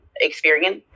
experience